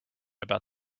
about